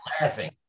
laughing